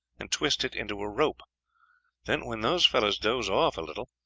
and twist it into a rope then when those fellows doze off a little,